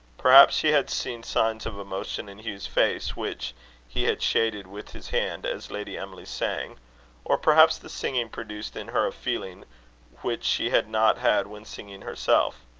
perhaps she had seen signs of emotion in hugh's face, which he had shaded with his hand as lady emily sang or perhaps the singing produced in her a feeling which she had not had when singing herself.